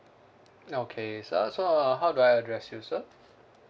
okay sir so uh how do I address you sir